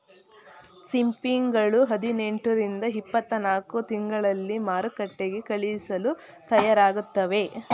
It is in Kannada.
ಸಿಂಪಿಗಳು ಹದಿನೆಂಟು ರಿಂದ ಇಪ್ಪತ್ತನಾಲ್ಕು ತಿಂಗಳಲ್ಲಿ ಮಾರುಕಟ್ಟೆಗೆ ಕಳಿಸಲು ತಯಾರಾಗುತ್ತವೆ